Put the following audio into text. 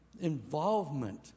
involvement